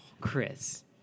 Chris